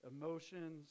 emotions